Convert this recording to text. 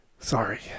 Sorry